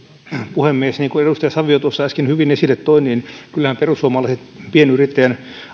puhemies niin kuin edustaja savio tuossa äsken hyvin esille toi kyllähän perussuomalaiset pienyrittäjän